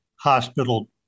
hospital